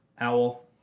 Owl